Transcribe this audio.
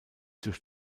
durch